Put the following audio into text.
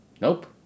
Nope